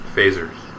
Phasers